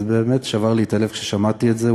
זה באמת שבר לי את הלב כששמעתי את זה.